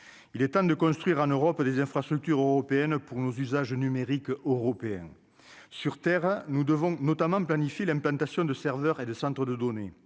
il est temps de construire en Europe des infrastructures européennes pour nos usages numériques européens sur terre, hein, nous devons notamment planifie l'implantation de serveur et de centre de données